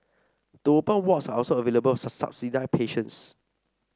the open wards are also available for subsidised patients